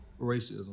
Racism